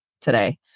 today